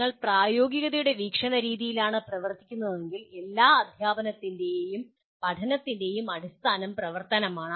നിങ്ങൾ പ്രായോഗികതയുടെ വീക്ഷിണരീതിയിലാണ് പ്രവർത്തിക്കുന്നതെങ്കിൽ എല്ലാ അധ്യാപനത്തിൻ്റെയും പഠനത്തിൻ്റെയും അടിസ്ഥാനം പ്രവർത്തനമാണ്